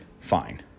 fine